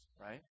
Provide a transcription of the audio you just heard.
right